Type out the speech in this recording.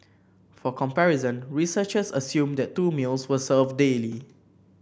for comparison researchers assumed that two meals were served daily